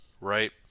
right